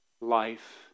life